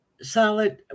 solid